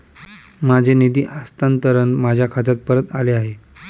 माझे निधी हस्तांतरण माझ्या खात्यात परत आले आहे